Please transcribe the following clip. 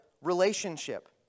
relationship